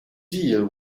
deal